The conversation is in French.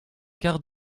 quart